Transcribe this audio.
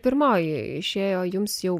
pirmoji išėjo jums jau